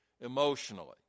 emotionally